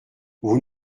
vous